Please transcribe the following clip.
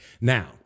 Now